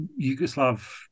Yugoslav